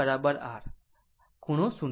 R ખૂણો 0